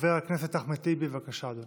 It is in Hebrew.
חבר הכנסת אחמד טיבי, בבקשה, אדוני.